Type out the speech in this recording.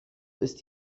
ist